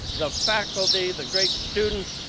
the faculty, the great students.